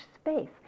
space